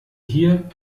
hier